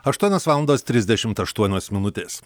aštuonios valandos trisdešimt aštuonios minutės